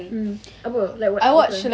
um apa like what cerita